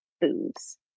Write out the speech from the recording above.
foods